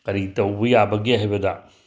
ꯀꯔꯤ ꯇꯧꯕ ꯌꯥꯕꯒꯦ ꯍꯥꯏꯕꯗ